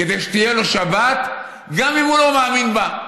כדי שתהיה לו שבת, גם אם הוא לא מאמין בה,